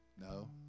No